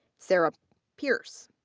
sarah pierce.